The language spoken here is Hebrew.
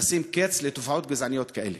כדי לשים קץ לתופעות גזעניות כאלה.